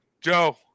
Joe